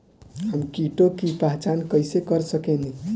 हम कीटों की पहचान कईसे कर सकेनी?